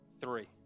Three